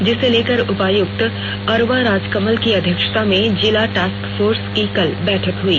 जिसे लेकर उपायुक्त अरवा राजकमल की अध्यक्षता में जिला टास्क फोर्स की कल बैठक हुई